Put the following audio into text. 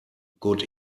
good